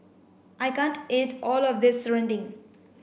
I can't eat all of this Serunding